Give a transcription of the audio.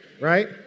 right